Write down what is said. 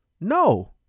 No